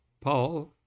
Paul